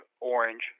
orange